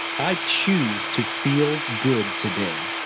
i choose to feel good today.